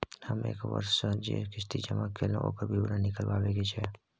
हम एक वर्ष स जे किस्ती जमा कैलौ, ओकर विवरण निकलवाबे के छै?